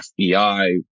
FBI